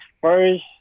first